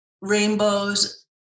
rainbows